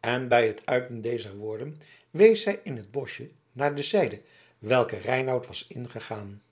en bij het uiten dezer woorden wees zij in het boschje naar de zijde welke reinout was ingegaan